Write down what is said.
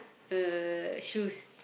uh shoes